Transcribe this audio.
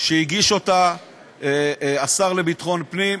שהגיש השר לביטחון הפנים,